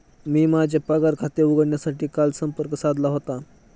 मी माझे पगार खाते उघडण्यासाठी काल संपर्क साधला होता